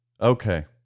Okay